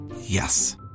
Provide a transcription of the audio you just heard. Yes